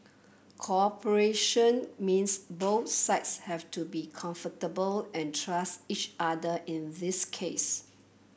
cooperation means both sides have to be comfortable and trust each other in this case